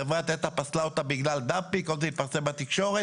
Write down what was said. חברת נת"ע פסלה אותם בגלל הדאמפינג זה עוד לא התפרסם בתקשורת,